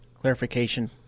clarification